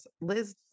Liz